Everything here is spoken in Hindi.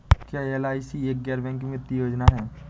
क्या एल.आई.सी एक गैर बैंकिंग वित्तीय योजना है?